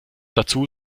dazu